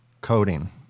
coding